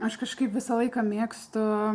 aš kažkaip visą laiką mėgstu